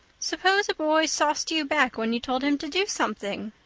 suppose a boy sauced you back when you told him to do something?